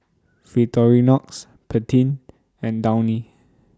Victorinox Pantene and Downy